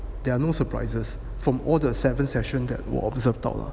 there are no surprises from all the seventh session that 我 observe 到了